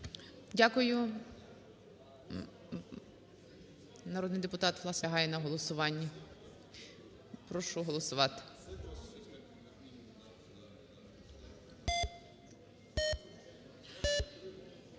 Дякую. Народний депутат Власенко наполягає на голосуванні. Прошу голосувати.